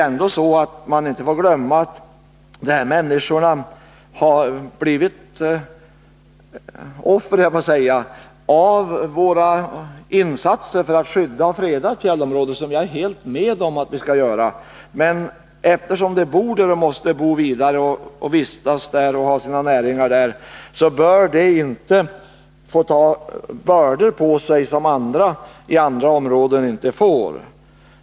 Man får inte glömma att de här människorna har så att säga blivit offer för våra insatser när det gäller att skydda och freda fjällområdet, något som jag helt ställer mig bakom. Bara därför att de bor inom det här området och har sina näringar där bör de inte få ta på sig bördor som andra människor inom andra liknande områden inte behöver bära.